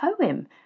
poem